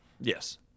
Yes